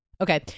Okay